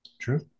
True